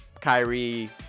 Kyrie